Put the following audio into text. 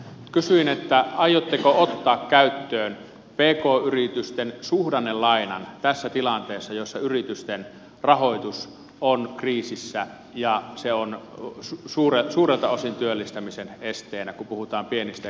kysyin aiotteko ottaa käyttöön pk yritysten suhdannelainan tässä tilanteessa jossa yritysten rahoitus on kriisissä ja se on suurelta osin työllistämisen esteenä kun puhutaan pienistä ja keskisuurista yrityksistä